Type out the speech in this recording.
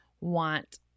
want